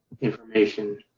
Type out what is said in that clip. information